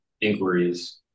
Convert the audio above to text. inquiries